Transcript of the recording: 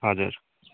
हजुर